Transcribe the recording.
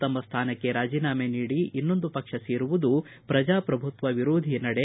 ತಮ್ಮ ಸ್ಥಾನಕ್ಕೆ ರಾಜೀನಾಮ ನೀಡಿ ಇನ್ನೊಂದು ಪಕ್ಷ ಸೇರುವುದು ಪ್ರಜಾಪ್ರಭುತ್ವ ವಿರೋಧಿ ನಡೆ